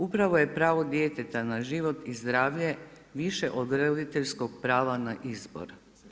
Upravo je pravo djeteta na život i zdravlje više od roditeljskog prava na izbor.